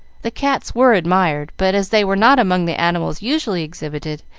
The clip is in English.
the cats were admired, but, as they were not among the animals usually exhibited,